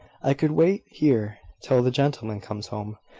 i could wait here till the gentleman comes home,